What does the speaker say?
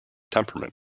temperament